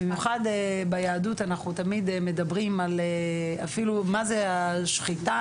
במיוחד ביהדות אנחנו תמיד מדברים אפילו על מה זה השחיטה,